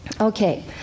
Okay